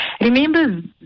Remember